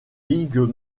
ligues